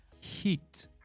Heat